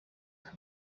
paul